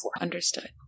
Understood